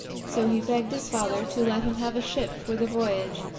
so he begged his father to let him have a ship for the voyage,